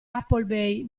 appleby